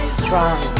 strong